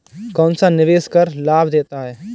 कौनसा निवेश कर लाभ देता है?